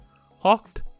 Hawked